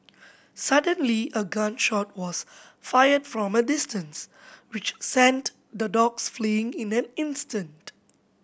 suddenly a gun shot was fired from a distance which sent the dogs fleeing in an instant